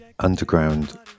Underground